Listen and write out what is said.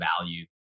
value